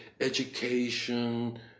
education